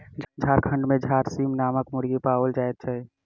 झारखंड मे झरसीम नामक मुर्गी पाओल जाइत छै